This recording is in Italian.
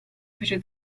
fece